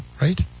Right